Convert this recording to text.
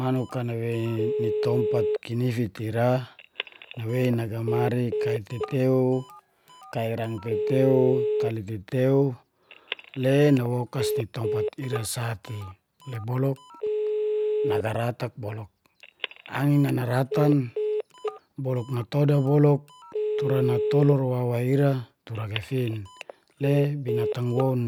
Manuk nawei ni tompat kinifit a ira, nawei nagamari kai tetew, kai rang tetew tali tetew, le nawokas ni tompat ira sa te. Le boluk nagaratak boluk, angin na naratan boluk natoda boluk tura natolur wawa ira tura gagafin le binatang woun